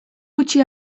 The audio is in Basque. gutxi